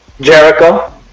Jericho